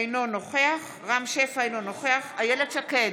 אינו נוכח רם שפע, אינו נוכח איילת שקד,